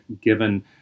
given